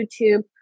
YouTube